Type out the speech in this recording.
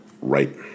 Right